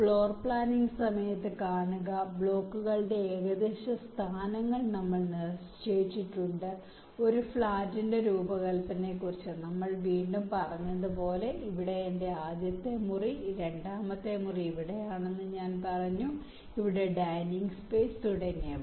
floor planning സമയത്ത് കാണുക ബ്ലോക്കുകളുടെ ഏകദേശ സ്ഥാനങ്ങൾ നമ്മൾ ഇതിനകം നിശ്ചയിച്ചിട്ടുണ്ട് ഒരു ഫ്ലാറ്റിന്റെ രൂപകൽപ്പനയെക്കുറിച്ച് ഞങ്ങൾ വീണ്ടും പറഞ്ഞതുപോലെ ഇവിടെ എന്റെ ആദ്യത്തെ മുറി ഈ രണ്ടാമത്തെ മുറി ഇവിടെയാണെന്ന് ഞാൻ പറഞ്ഞു ഇവിടെ ഡൈനിംഗ് സ്പേസ് തുടങ്ങിയവ